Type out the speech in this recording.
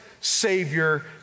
Savior